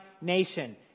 nation